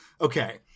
Okay